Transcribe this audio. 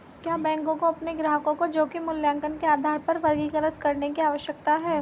क्या बैंकों को अपने ग्राहकों को जोखिम मूल्यांकन के आधार पर वर्गीकृत करने की आवश्यकता है?